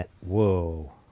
Whoa